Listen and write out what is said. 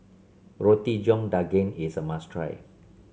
Roti John Daging is a must try